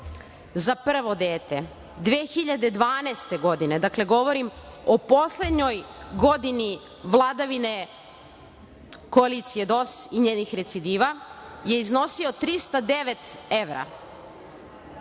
za prvo dete 2012. godine, dakle govorim o poslednjoj godini vladavine koalicije DOS i njenih recidiva, je iznosio 309 evra,